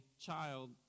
child